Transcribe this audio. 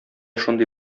шундый